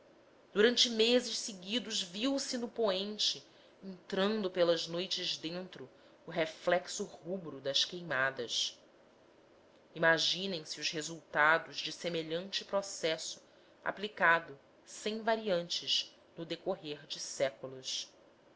durante meses seguidos viram eles no poente entrando pelas noites dentro o reflexo rubro das queimadas imaginem se os resultados de semelhante processo aplicado sem variantes no decorrer de séculos